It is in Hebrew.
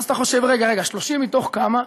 ואז אתה חושב: רגע, רגע, 30 מתוך כמה?